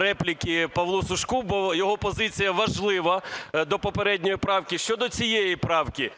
репліки Павлу Сушку, бо його позиція важлива до попередньої правки. Щодо цієї правки.